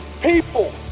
people